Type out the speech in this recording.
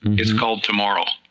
it's called tomorrow.